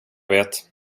vet